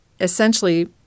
essentially